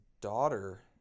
daughter